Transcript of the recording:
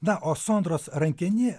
na o sondros rankenie